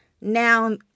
now